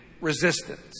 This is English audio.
resistance